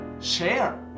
share